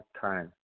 time